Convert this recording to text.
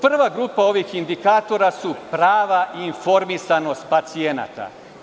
Prva grupa ovih indikatora su prava i informisanost pacijenata.